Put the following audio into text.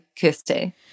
Kirsty